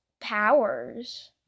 powers